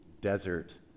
desert